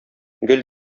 гел